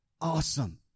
Awesome